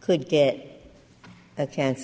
could get a ca